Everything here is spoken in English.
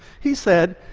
he said,